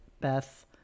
Beth